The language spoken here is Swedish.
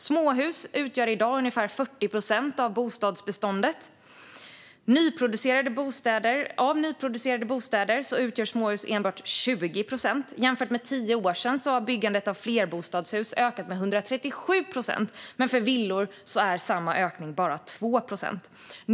Småhus utgör i dag ungefär 40 procent av bostadsbeståndet. Av nyproducerade bostäder utgör småhus enbart 20 procent. Jämfört med för tio år sedan har byggandet av flerbostadshus ökat med 137 procent, men för villor är ökningen bara 2 procent.